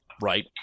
right